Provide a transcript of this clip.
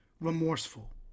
remorseful